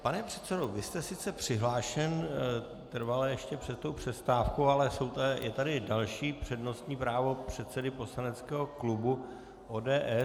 Pane předsedo, vy jste sice přihlášen trvale ještě před přestávkou, ale je tu další přednostní právo předsedy poslaneckého klubu ODS.